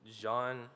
Jean